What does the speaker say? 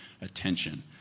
attention